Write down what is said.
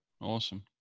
awesome